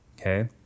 Okay